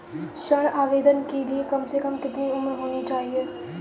ऋण आवेदन के लिए कम से कम कितनी उम्र होनी चाहिए?